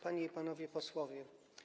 Panie i Panowie Posłowie!